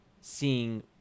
seeing